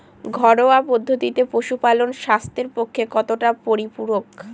ঘরোয়া পদ্ধতিতে পশুপালন স্বাস্থ্যের পক্ষে কতটা পরিপূরক?